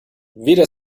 weder